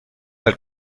del